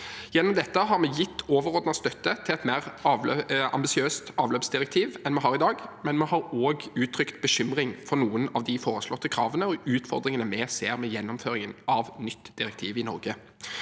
Gjennom dette har vi gitt overordnet støtte til et mer ambisiøst avløpsdirektiv enn vi har i dag, men vi har også uttrykt bekymring for noen av de foreslåtte kravene og utfordringene vi ser med gjennomføringen av nytt direktiv i Norge.